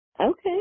Okay